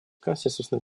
консенсусный